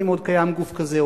אם עוד קיים גוף כזה,